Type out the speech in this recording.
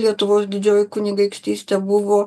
lietuvos didžioji kunigaikštystė buvo